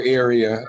area